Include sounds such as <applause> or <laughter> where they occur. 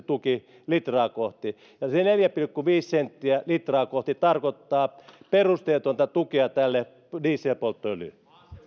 <unintelligible> tuki litraa kohti ja se neljä pilkku viisi senttiä litraa kohti tarkoittaa perusteetonta tukea tälle dieselpolttoöljylle